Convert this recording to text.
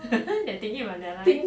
they are thinking about their life